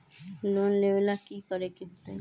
Loan लेवेला की करेके होतई?